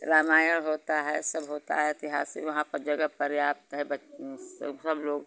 रामायण होता है सब होता है ऐतिहासिक वहाँ पर जगह पर्याप्त है सब लोग